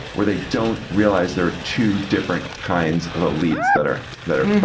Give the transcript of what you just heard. where they don't realize there are two different kinds of elites that are that are